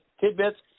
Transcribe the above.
tidbits